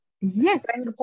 Yes